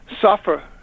suffer